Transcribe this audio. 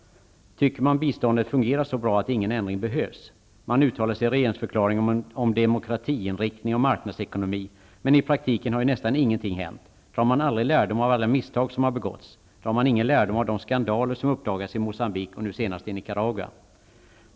Tycker man att biståndet har fungerat så bra att ingen ändring behövs? Man uttalar sig i regeringsförklaringen om demokratiinriktning och marknadsekonomi, men i praktiken har ju nästan ingenting hänt. Drar man aldrig lärdom av alla misstag som begåtts? Drar man ingen lärdom av de skandaler som uppdagats i Moçambique och nu senast i Nicaragua?